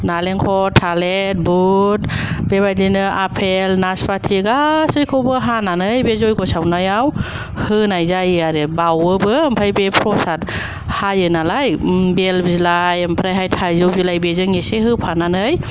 नालेंखर थालिर बुद बेबायदिनो आफेल नासफाथि गासैखौबो हानानै बे जयग' सावनायाव होनाय जायो आरो बावोबो आमफ्राय बे फ्रसाद हायोनालाय ओम बेल बिलाइ ओमफ्रायहाय थाइजौ बिलाइ बेजों एसे होफानानै